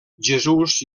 jesús